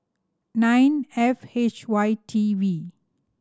nine F H Y T V